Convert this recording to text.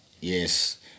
yes